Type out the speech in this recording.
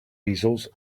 easels